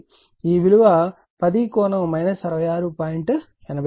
ఈ విలువ 10 ∠ 66